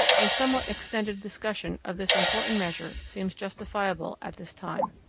a somewhat extended discussion of this important measure seems justifiable at this time.